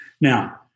Now